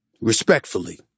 Respectfully